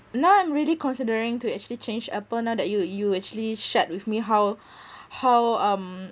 now I'm really considering to actually change apple now that you you actually shared with me how how um